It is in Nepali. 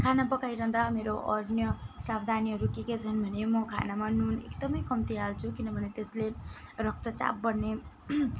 खाना पकाइरहदा मेरो अन्य सावधानीहरू के के छन् भने म खानामा नुन एकदमै कम्ती हाल्छु किनभने त्यसले रक्तचाप बढ्ने